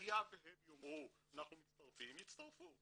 היה והם יאמרו "אנחנו מצטרפים", יצטרפו.